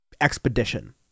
expedition